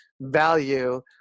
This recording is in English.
value